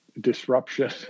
disruption